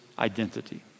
identity